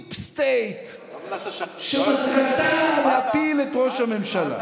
דיפ סטייט, שמטרתה להפיל את ראש הממשלה.